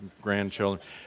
grandchildren